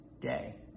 day